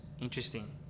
interesting